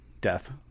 death